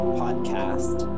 podcast